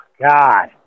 God